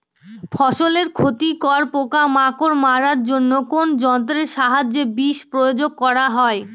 ফসলের ক্ষতিকর পোকামাকড় মারার জন্য কোন যন্ত্রের সাহায্যে বিষ প্রয়োগ করা হয়?